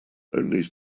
only